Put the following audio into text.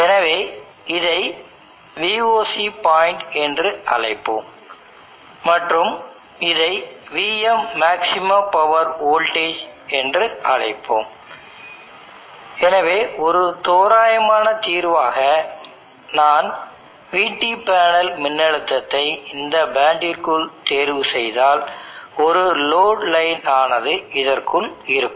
எனவே இதை Voc point என்று அழைப்போம் மற்றும் இதை Vm மேக்ஸிமம் பவர் வோல்டேஜ் என்று அழைப்போம் எனவே ஒரு தோராயமான தீர்வாக நான் Vt பேனல் மின்னழுத்தத்தை இந்த பேண்டிற்குள் தேர்வுசெய்தால் ஒரு லோடு லைன் ஆனது இதற்குள் இருக்கும்